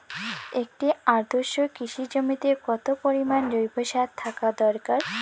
একটি আদর্শ কৃষি জমিতে কত পরিমাণ জৈব সার থাকা দরকার?